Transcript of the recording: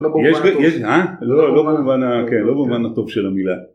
לא במובן הטוב של המילה.